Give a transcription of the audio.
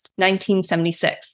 1976